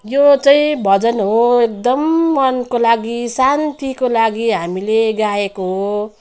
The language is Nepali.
यो चाहिँ भजन हो एकदम मनको लागि शान्तिको लागि हामीले गाएको हो